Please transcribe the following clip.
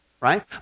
right